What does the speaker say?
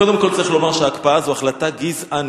קודם כול צריך לומר שההקפאה זו החלטה גזענית.